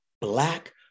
Black